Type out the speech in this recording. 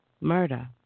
Murder